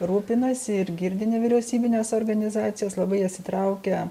rūpinasi ir girdi nevyriausybines organizacijas labai jas įtraukia